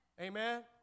Amen